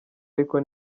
ariko